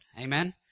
Amen